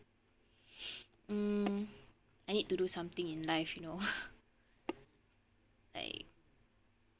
mm I need to do something in life you know like